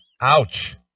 ouch